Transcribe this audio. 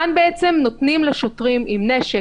כאן בעצם נותנים לשוטרים עם נשק,